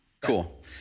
cool